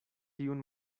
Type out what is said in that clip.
tiun